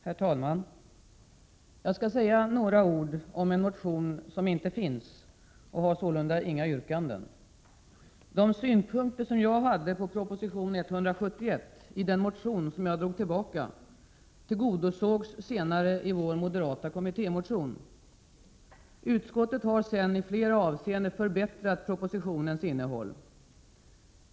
Herr talman! Jag skall säga några ord om en motion som inte finns, och jag har sålunda inga yrkanden. De synpunkter som jag hade på proposition 171, i den motion som jag drog tillbaka, tillgodosågs senare i vår moderata kommittémotion. Utskottet har sedan i flera avseenden förbättrat propositionens innehåll.